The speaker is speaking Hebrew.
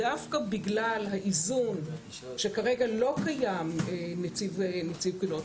דווקא בגלל האיזון שכרגע לא קיים נציב קבילות,